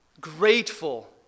grateful